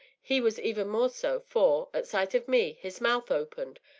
he was even more so, for, at sight of me, his mouth opened,